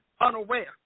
unaware